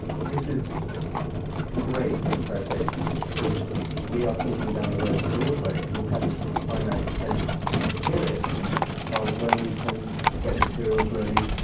this is great for the press agents, because we are thinking down the road to broadway and we have this sort of finite extended period when we can get materials ready,